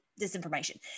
disinformation